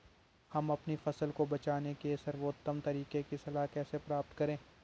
हम अपनी फसल को बचाने के सर्वोत्तम तरीके की सलाह कैसे प्राप्त करें?